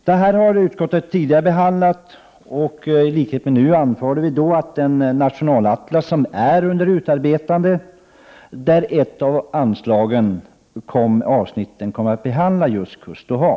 Detta har utskottet tidigare behandlat, och i likhet med då anför vi nu att den nationalatlas som är under utarbetande har ett avsnitt som behandlar just kust och hav.